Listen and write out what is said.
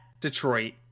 Detroit